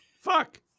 Fuck